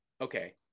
okay